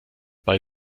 bei